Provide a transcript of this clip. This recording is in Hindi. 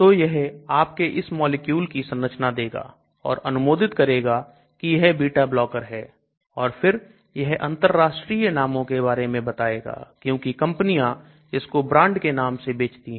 तो यह आपको इस मॉलिक्यूल की संरचना देगा और अनुमोदित करेगा कि यह beta blocker है और और फिर यह अंतरराष्ट्रीय नामों के बारे में बताएगा क्योंकि कंपनियां इसको ब्रांड के नाम से बेचती है